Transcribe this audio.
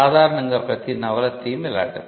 సాదారణంగా ప్రతీ నవల థీమ్ అలాంటిదే